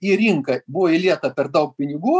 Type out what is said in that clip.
į rinką buvo įlieta per daug pinigų